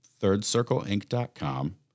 ThirdCircleInc.com